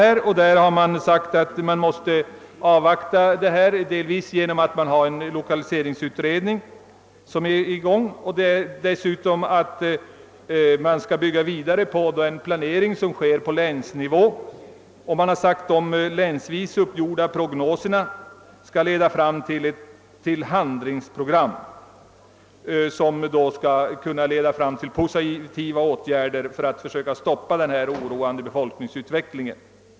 Utskottet har framhållit att man måste avvakta dels på grund av den pågående lokaliseringsutredningen, dels därför att man skall bygga vidare på grundval av planeringen på länsnivå. Det har framhållits att de länsvis uppgjorda prognoserna skall leda fram till handlingsprogram som i sin tur skall kunna utgöra underlag för åtgärder för att stoppa den oroande befolkningsflyttningen.